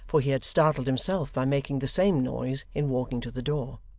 for he had startled himself by making the same noise in walking to the door.